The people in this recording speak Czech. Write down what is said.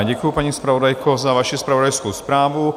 Děkuju, paní zpravodajko, za vaši zpravodajskou zprávu.